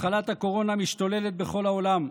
מחלת הקורונה משתוללת בכל העולם.